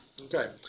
Okay